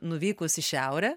nuvykus į šiaurę